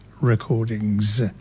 recordings